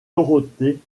dorothée